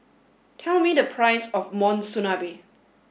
tell me the price of Monsunabe